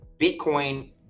Bitcoin